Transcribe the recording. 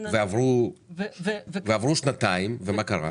ועברו שנתיים, ומה קרה?